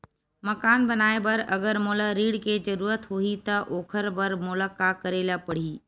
मकान बनाये बर अगर मोला ऋण के जरूरत होही त ओखर बर मोला का करे ल पड़हि?